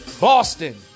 Boston